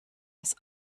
das